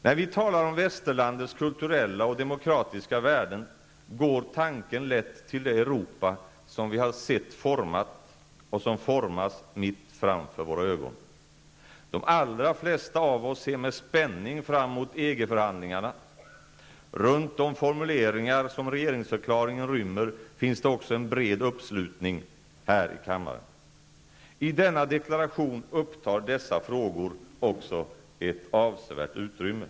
När vi talar om västerlandets kulturella och demokratiska värden går tanken lätt till det Europa som vi har sett formats och som formas mitt framför våra ögon. De allra flesta av oss ser med spänning fram mot EG-förhandlingarna. Runt de formuleringar som regeringsförklaringen rymmer finns det också en bred uppslutning här i kammaren. I denna deklaration upptar dessa frågor ett avsevärt utrymme.